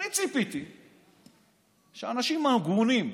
אני ציפיתי שאנשים הגונים,